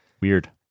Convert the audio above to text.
Weird